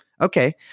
Okay